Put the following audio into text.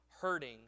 hurting